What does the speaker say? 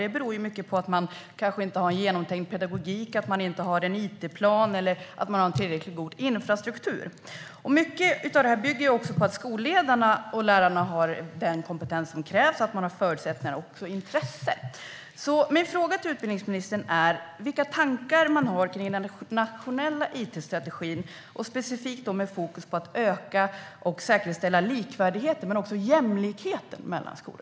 Detta beror mycket på att man kanske inte har en genomtänkt pedagogik, en it-plan eller tillräckligt god infrastruktur. Mycket bygger på att skolledarna och lärarna har den kompetens som krävs och att de har förutsättningar och intresse. Min fråga till utbildningsministern är: Vilka tankar har man om den nationella it-strategin, specifikt med fokus på att öka och säkerställa likvärdigheten och jämlikheten mellan skolor?